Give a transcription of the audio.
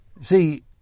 See